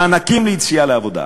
מענקים ליציאה לעבודה.